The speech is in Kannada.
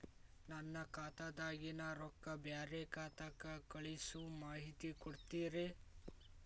ನನ್ನ ಖಾತಾದಾಗಿನ ರೊಕ್ಕ ಬ್ಯಾರೆ ಖಾತಾಕ್ಕ ಕಳಿಸು ಮಾಹಿತಿ ಕೊಡತೇರಿ?